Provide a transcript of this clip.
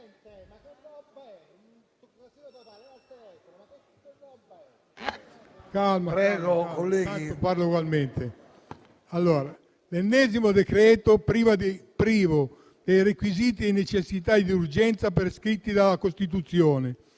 l'ennesimo decreto-legge privo dei requisiti di necessità e di urgenza prescritti dalla Costituzione,